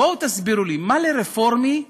בואו תסבירו לי, מה לרפורמי ולכותל?